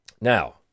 Now